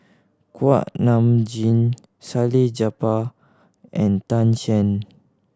Kuak Nam Jin Salleh Japar and Tan Shen